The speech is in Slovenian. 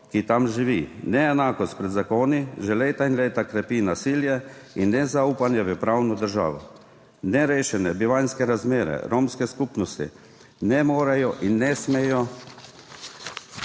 ki tam živi. Neenakost pred zakoni že leta in leta krepi nasilje in nezaupanje v pravno državo. Nerešene bivanjske razmere romske skupnosti ne morejo in ne smejo